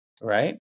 Right